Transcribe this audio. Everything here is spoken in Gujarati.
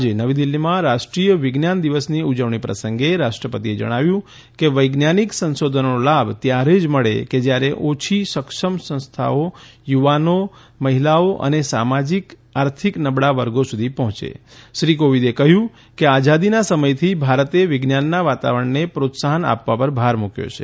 આજે નવી દિલ્હીમાં રાષ્ટ્રીય વિજ્ઞાન દિવસની ઉજવણી પ્રસંગે રાષ્ટ્રપતિએ જણાવ્યું કે વૈજ્ઞાનિક સંશોધનોનો લાભ ત્યારે જ મળે કે જ્યારે તે ઓછી સક્ષમ સંસ્થાઓ યુવાનો મહિલાઓ અને સામાજિક અને આર્થિક નબળા વર્ગો સુધી પહોંચે શ્રી કોવિંદે કહ્યું કે આઝાદીના સમયથી ભારતે વિજ્ઞાનના વાતારણને પ્રોત્સાહન આપવા પર ભાર મૂક્યો છે